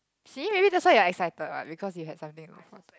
see maybe that's why you're excited what because you had something to look forward to